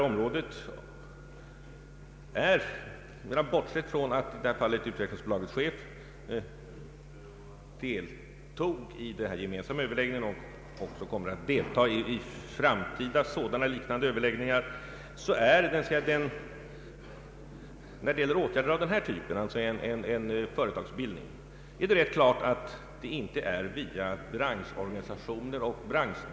Om man bortser från att utvecklingsbolagets chef i detta fall deltog i den gemensamma överläggningen och också kommer att delta i framtida liknande överläggningar, så är det rätt klart att utvecklingsbolagets arbete när det gäller företagsbildningar inte sker via branschorganisationer.